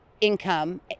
income